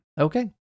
Okay